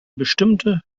bestimmte